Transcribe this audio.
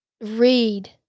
Read